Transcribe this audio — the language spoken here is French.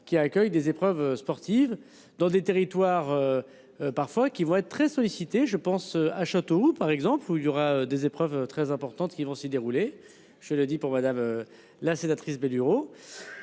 qui accueillent des épreuves sportives dans des territoires. Parfois, qui vont être très sollicités je pense à Chatou par exemple où il y aura des épreuves très importantes qui vont s'y dérouler. Je le dis pour madame. La sénatrice Bénureau.